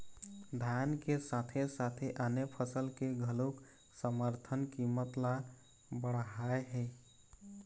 धान के साथे साथे आने फसल के घलोक समरथन कीमत ल बड़हाए हे